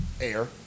air